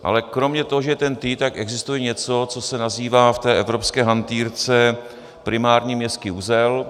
Ale kromě toho, že TENT, tak existuje něco, co se nazývá v té evropské hantýrce primární městský uzel.